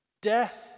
Death